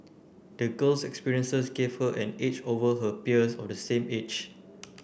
the girl's experiences gave her an edge over her peers of the same age